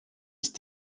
ist